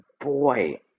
boy